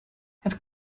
het